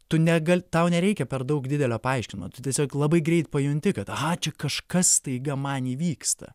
tu ne gal tau nereikia per daug didelio paaiškino tu tiesiog labai greit pajunti kad aha čia kažkas staiga man įvyksta